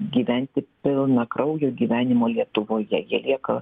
gyventi pilnakraujo gyvenimo lietuvoje jie lieka